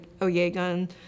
Oyegun